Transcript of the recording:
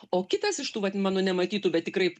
o kitas iš tų vat mano nematytų bet tikrai